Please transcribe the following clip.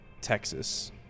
texas